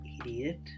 idiot